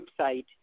website